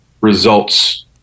results